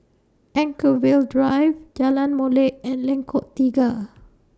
Anchorvale Drive Jalan Molek and Lengkok Tiga